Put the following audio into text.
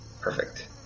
Perfect